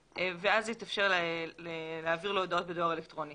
ואז יתאפשר להעביר לו הודעות בדואר אלקטרוני.